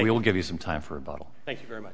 will give you some time for a bottle thank you very much